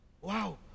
Wow